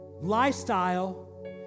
lifestyle